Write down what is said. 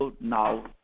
now